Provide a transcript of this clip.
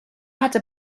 hatte